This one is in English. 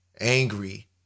angry